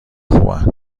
خوبن